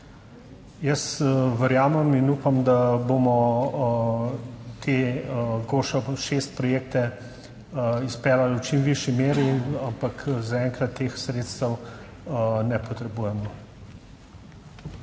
Jaz verjamem in upam, da bomo te GOŠO 6 projekte izpeljali v čim višji meri, ampak zaenkrat teh sredstev ne potrebujemo.